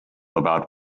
about